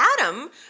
Adam